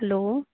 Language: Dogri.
हैलो